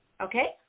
okay